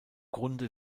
grunde